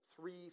three